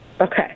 Okay